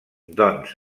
doncs